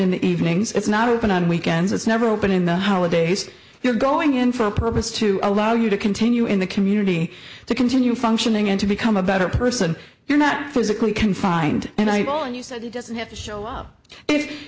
in the evenings it's not open on weekends it's never open in the holidays you're going in for a purpose to allow you to continue in the community to continue functioning and to become a better person you're not physically confined and i know you said it doesn't have to show up if